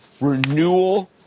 renewal